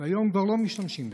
והיום כבר לא משתמשים בזה.